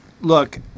look